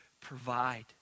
provide